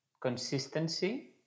consistency